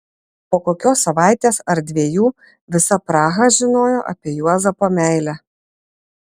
po kokios savaitės ar dviejų visa praha žinojo apie juozapo meilę